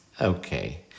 Okay